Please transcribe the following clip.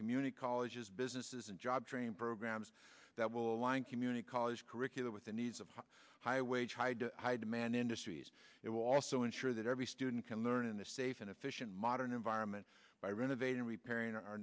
community colleges businesses and job training programs that will align community college curriculum with the needs of high wage high high demand industries it will also ensure that every student can learn in a safe and efficient modern environment by renovating repairing o